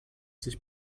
sich